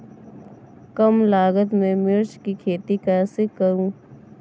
कम लागत में मिर्च की खेती कैसे करूँ?